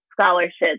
scholarships